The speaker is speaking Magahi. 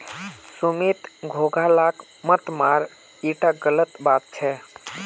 सुमित घोंघा लाक मत मार ईटा गलत बात छ